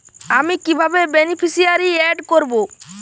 আমি কিভাবে beneficiary add করব?